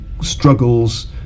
struggles